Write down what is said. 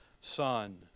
Son